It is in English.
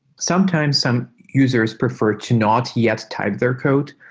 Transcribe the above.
sometimes some users prefer to not yet type their code.